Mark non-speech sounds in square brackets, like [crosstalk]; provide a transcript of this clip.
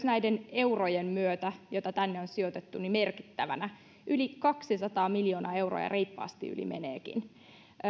[unintelligible] näiden eurojen myötä joita tänne on sijoitettu merkittävänä yli kaksisataa miljoonaa euroa ja reippaasti yli meneekin